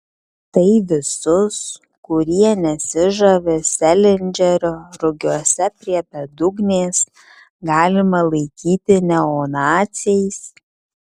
tai visus kurie nesižavi selindžerio rugiuose prie bedugnės galima laikyti neonaciais